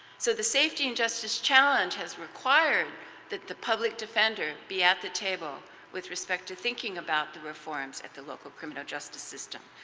so the safety and justice challenge has required that the public defender be at the table with respect to thinking about the reforms at the local criminal justice system.